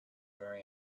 very